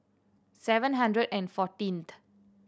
seven hundred and fourteenth